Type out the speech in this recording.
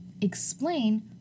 explain